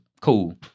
Cool